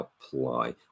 apply